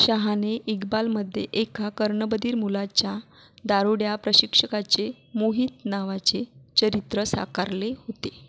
शहाने इक्बालमध्ये एका कर्णबधीर मुलाच्या दारुड्या प्रशिक्षकाचे मोहित नावाचे चरित्र साकारले होते